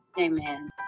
Amen